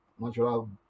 Natural